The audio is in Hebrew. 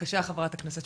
בבקשה ח"כ שפק.